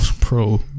pro